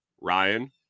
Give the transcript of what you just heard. Ryan